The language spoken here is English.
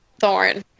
thorn